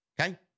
Okay